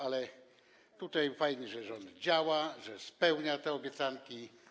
Ale fajnie, że rząd działa, że spełnia te obiecanki.